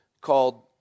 called